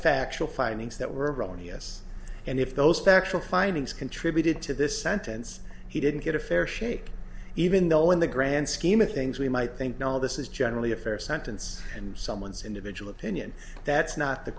factual findings that were wrong yes and if those factual findings contributed to this sentence he didn't get a fair shake even though in the grand scheme of things we might think no this is generally a fair sentence and someone's individual opinion that's not the